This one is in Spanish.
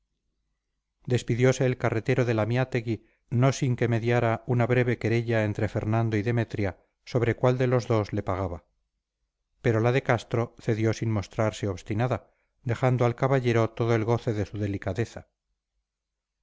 partir despidiose el carretero de lamiátegui no sin que mediara una breve querella entre fernando y demetria sobre cuál de los dos le pagaba pero la de castro cedió sin mostrarse obstinada dejando al caballero todo el goce de su delicadeza